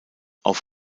auf